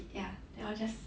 ya then I'll just